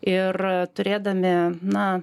ir turėdami na